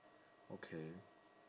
okay